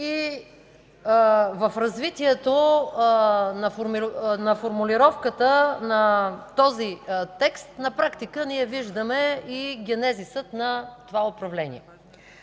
В развитието на формулировката на този текст на практика ние виждаме и генезиса на това управление.